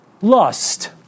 lust